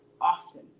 often